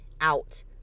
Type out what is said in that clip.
out